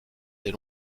des